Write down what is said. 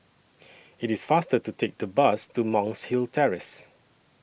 IT IS faster to Take The Bus to Monk's Hill Terrace